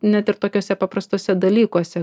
net ir tokiuose paprastuose dalykuose